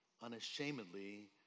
unashamedly